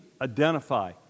identify